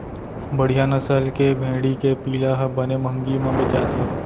बड़िहा नसल के भेड़ी के पिला ह बने महंगी म बेचाथे